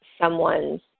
someone's